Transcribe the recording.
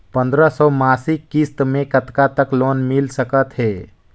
पंद्रह सौ मासिक किस्त मे कतका तक लोन मिल सकत हे?